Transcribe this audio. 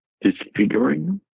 disfiguring